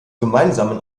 gemeinsamen